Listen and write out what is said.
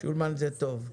שולמן זה טוב.